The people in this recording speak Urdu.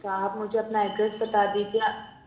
تو آپ مجھے اپنا ایڈریس بتا دیجیے آ